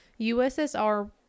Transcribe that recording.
USSR